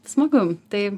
smagu tai